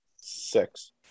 Six